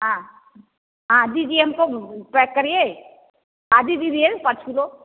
हाँ हाँ दीजिए हमको पैक करिए दीजिए पाँच किलो